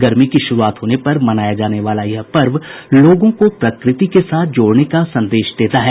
गर्मी की शुरूआत होने पर मनाया जाना वाला यह पर्व लोगों को प्रकृति के साथ जोड़ने का संदेश देता है